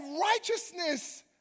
righteousness